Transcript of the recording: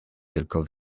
tylko